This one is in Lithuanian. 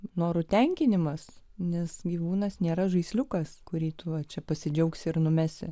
norų tenkinimas nes gyvūnas nėra žaisliukas kurį tuo čia pasidžiaugs ir numesi